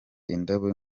indabo